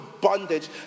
bondage